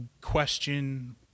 question